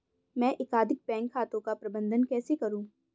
मैं एकाधिक बैंक खातों का प्रबंधन कैसे करूँ?